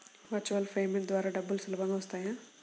Virtual payment ద్వారా డబ్బులు సులభంగా వస్తాయా?